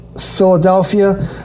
Philadelphia